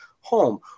home